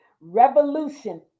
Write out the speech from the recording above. revolution